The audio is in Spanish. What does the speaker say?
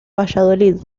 valladolid